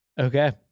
Okay